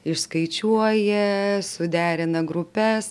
išskaičiuoja suderina grupes